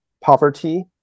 Poverty